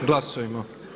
Glasujmo.